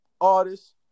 artists